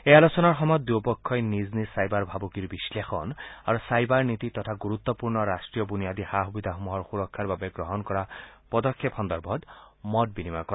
এই আলোচনাৰ সময়ত দুয়ো পক্ষই নিজ নিজ ছাইবাৰ ভাবুকিৰ বিশ্লেষণ আৰু ছাইবাৰ নীতি তথা গুৰুত্পূৰ্ণ ৰাষ্ট্ৰীয় বুনিয়াদী সা সুবিধাসমূহৰ সুৰক্ষাৰ বাবে গ্ৰহণ কৰা পদক্ষেপ সন্দৰ্ভত মত বিনিময় কৰে